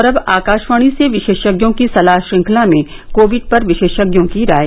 और अब आकाशवाणी से विशेषज्ञों की सलाह श्रृखंला में कोविड पर विशेषज्ञों की राय